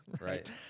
Right